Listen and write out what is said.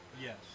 Yes